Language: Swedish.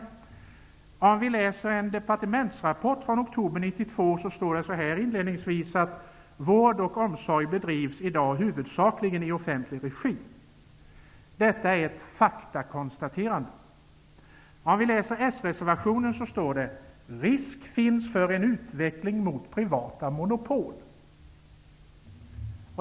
Om vi läser en departementsrapport från oktober 1992 finner vi att det inledningsvis står: Vård och omsorg bedrivs i dag huvudsakligen i offentlig regi. Detta är ett faktakonstaterande. I Socialdemokraternas reservation står det: ''Risk finns för en utveckling mot privata monopol---.''